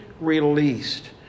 released